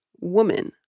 woman